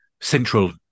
central